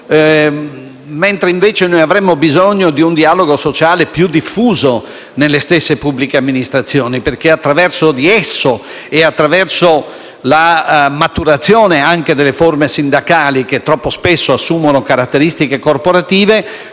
Noi avremmo invece bisogno di un dialogo sociale più diffuso nelle stesse pubbliche amministrazioni, attraverso il quale arrivare a una maturazione delle forme sindacali, che troppo spesso assumono caratteristiche corporative